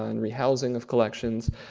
and rehousing of collections.